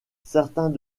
certains